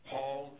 Paul